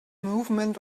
movement